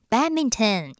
Badminton